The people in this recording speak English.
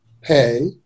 pay